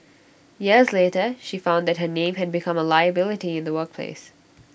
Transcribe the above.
years later she found that her name had become A liability in the workplace